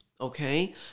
okay